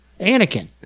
Anakin